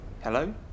Hello